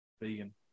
vegan